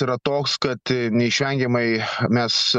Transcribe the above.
yra toks kad neišvengiamai mes